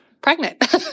pregnant